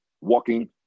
walking